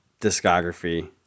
discography